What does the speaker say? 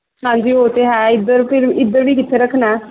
ਹਾਂਜੀ ਉਹ ਤਾਂ ਹੈ ਇੱਧਰ ਫਿਰ ਇੱਧਰ ਵੀ ਕਿੱਥੇ ਰੱਖਣਾ